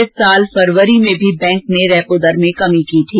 इस वर्ष फरवरी में भी बैंक ने रेपो दर में कमी की थी